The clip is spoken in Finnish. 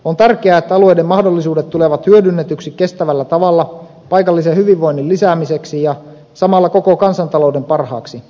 on tärkeää että alueiden mahdollisuudet tulevat hyödynnetyksi kestävällä tavalla paikallisen hyvinvoinnin lisäämiseksi ja samalla koko kansantalouden parhaaksi